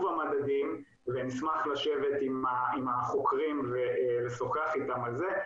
המדדים ונשמח לשבת עם החוקרים ולשוחח איתם על זה,